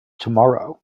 tomorrow